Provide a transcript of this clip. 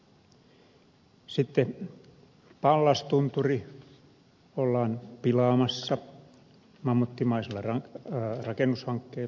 sitten pallastunturi ollaan pilaamassa mammuttimaisella rakennushankkeella